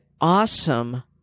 awesome